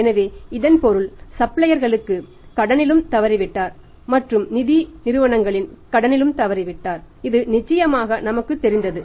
எனவே இதன் பொருள் சப்ளையர் களுக்கு கடனிலும் தவறிவிட்டார் மற்றும் நிதி நிதி நிறுவனங்களின் கடனிலும் தவறிவிட்டார் இது நிச்சயமாக நமக்கு தெரிந்தது